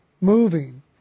moving